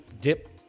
dip